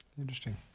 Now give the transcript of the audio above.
Interesting